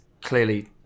clearly